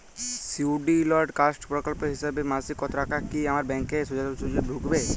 Scheduled caste প্রকল্পের হিসেবে মাসিক টাকা কি আমার ব্যাংকে সোজাসুজি ঢুকবে?